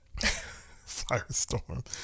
Firestorm